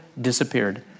disappeared